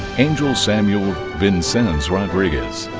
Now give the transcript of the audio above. angel samuel vences rodrigues.